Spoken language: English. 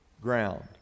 ground